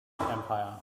empire